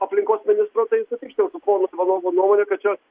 aplinkos ministro tai sutikčiau su pono ivanovo nuomone kad čia